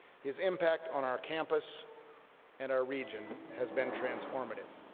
his impact on our campus and our region has been transformative.